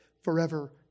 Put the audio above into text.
forever